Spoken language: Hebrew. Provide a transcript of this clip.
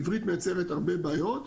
עברית מייצרת הרבה בעיות,